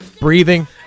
Breathing